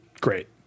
Great